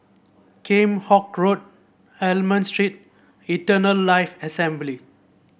Kheam Hock Road Almond Street Eternal Life Assembly